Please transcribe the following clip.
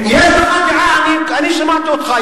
יש לך דעה, אני שמעתי אותך.